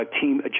team